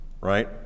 Right